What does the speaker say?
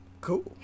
Cool